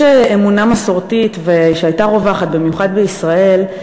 יש אמונה מסורתית, שהייתה רווחת במיוחד בישראל,